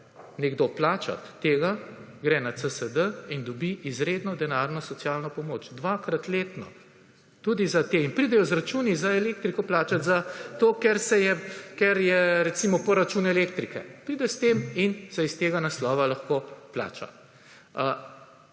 nekdo plačati tega, gre na CSD in dobi izredno denarno socialno pomoč dvakrat letno. In pridejo z računi za elektriko plačati zato, ker je recimo poračun elektrike. Pride s tem in se iz tega naslova lahko plača.